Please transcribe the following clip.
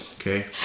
Okay